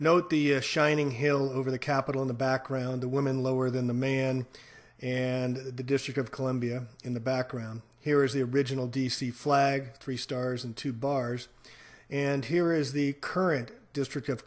note the shining hill over the capitol in the background the woman lower than the man and the district of columbia in the background here is the original d c flag three stars and two bars and here is the current district of